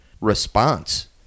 response